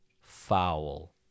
Foul